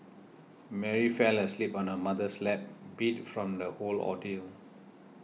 Mary fell asleep on her mother's lap beat from the whole ordeal